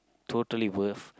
totally worth